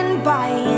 Bye